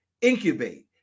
incubate